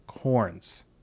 horns